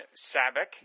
SABIC